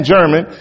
German